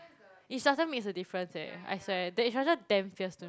instructor makes a difference eh I swear the instructor damn fierce too